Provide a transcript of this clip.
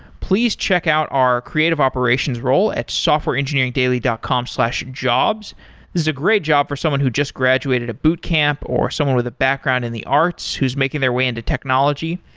please check out our creative operations role at softwareengineeringdaily dot com jobs. this is a great job for someone who just graduated a bootcamp, or someone with a background in the arts who's making their way into technology,